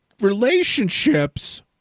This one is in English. relationships